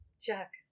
Jack